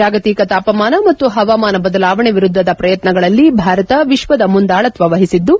ಜಾಗತಿಕ ತಾಪಮಾನ ಮತ್ತು ಹವಾಮಾನ ಬದಲಾವಣೆ ವಿರುದ್ದದ ಪ್ರಯತ್ನಗಳಲ್ಲಿ ಭಾರತ ವಿಶ್ವದ ಮುಂದಾಳತ್ವ ವಹಿಸಿದ್ಲು